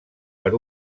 per